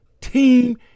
team